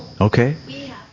Okay